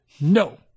No